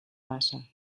bassa